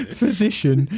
physician